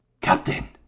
Captain